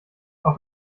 auf